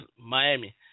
Miami